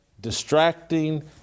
distracting